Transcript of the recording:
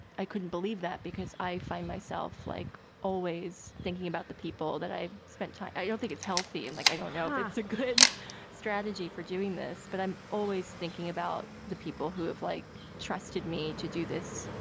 i couldn't believe that because i find myself like always thinking about the people that i spent time. i don't think it's healthy. and like, i don't know if it's a good strategy for doing this, but i'm always thinking about the people who have like trusted me to do this.